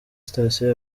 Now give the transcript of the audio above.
station